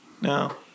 no